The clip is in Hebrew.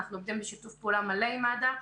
אנחנו עובדים בשיתוף פעולה מלא עם מד"א.